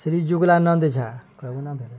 Shri Yugalanand Jha